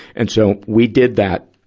and so, we did that.